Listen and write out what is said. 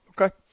Okay